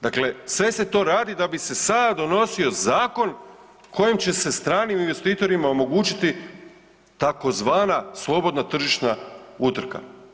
Dakle, sve se to radi da bi se sada donosio zakon kojim će se stranim investitorima omogućiti tzv. slobodna tržišna utrka.